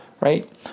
right